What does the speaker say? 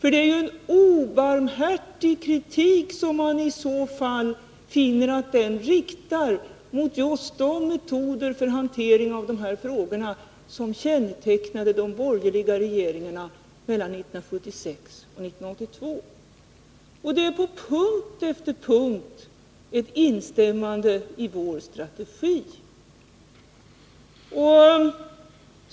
I så fall skulle man finna att det i rapporten riktas en obarmhärtig kritik mot just de metoder för hantering av de här frågorna som de borgerliga regeringarna använde mellan 1976 och 1982. Det är på punkt efter punkt ett instämmande i vår strategi.